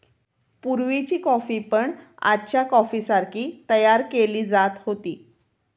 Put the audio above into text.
पुर्वीची कॉफी पण आजच्या कॉफीसारखी तयार केली जात होती